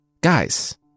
Guys